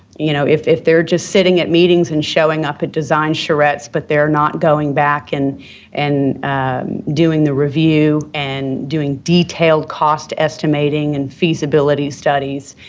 you know, if if they're just sitting at meetings and showing up at design charrettes, but they're not going back and and doing the review and doing detailed cost estimating and feasibility studies,